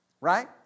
Right